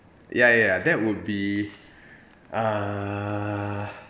ya ya ya that would be err